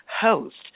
host